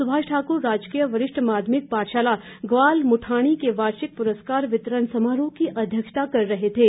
सुभाष ठाकुर राजकीय वरिष्ठ माध्यमिक पाठशाला ग्वाल मुठाणी के वार्षिक पुरस्कार वितरण समारोह की अध्यक्षता कर रहे थे